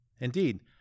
Indeed